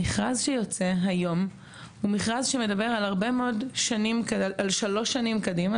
המכרז שיוצא היום הוא מכרז שמדבר על שלוש שנים קדימה,